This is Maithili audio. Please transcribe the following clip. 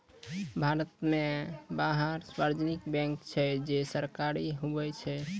भारत मे बारह सार्वजानिक बैंक छै जे सरकारी हुवै छै